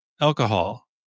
alcohol